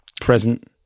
present